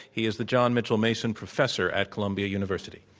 he is the john mitchell mason professor at columbia university.